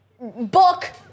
book